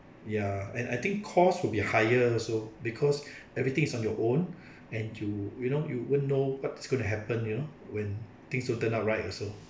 ya and I I think cost will be higher also because everything is on your own and you you know you won't know what's going to happen you know when things will turn out right also